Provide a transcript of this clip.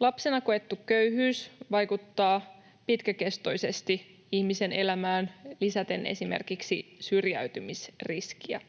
Lapsena koettu köyhyys vaikuttaa pitkäkestoisesti ihmisen elämään lisäten esimerkiksi syrjäytymisriskiä.